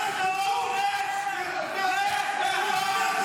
רוצח סדרתי, בקפלן, לא פה.